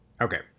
Okay